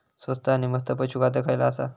स्वस्त आणि मस्त पशू खाद्य खयला आसा?